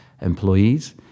employees